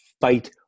fight